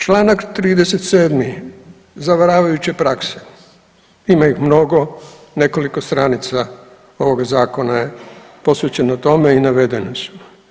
Članak 37. zavaravajuće prakse, ima ih mnogo, nekoliko stranica ovoga Zakona je posvećeno tome i navedeni su.